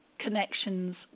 connections